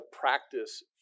practice